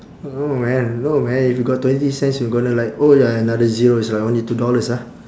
no man no man if you got twenty cents you're gonna like oh ya another zero it's like only two dollars ah